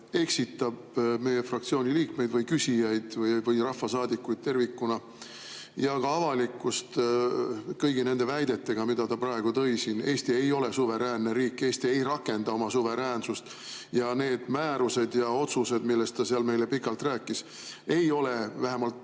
eksitab meie fraktsiooni liikmeid, küsijaid või rahvasaadikuid tervikuna ja ka avalikkust kõigi nende väidetega, mida ta praegu siin ette tõi. Eesti ei ole suveräänne riik, Eesti ei rakenda oma suveräänsust. Need määrused ja otsused, millest ta meile pikalt rääkis, ei ole vähemalt